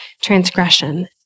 transgression